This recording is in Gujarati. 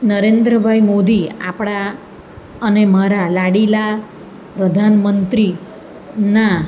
નરેન્દ્ર ભાઈ મોદી આપણા અને મારા લાડીલા પ્રધાન મંત્રીના